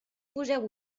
poseu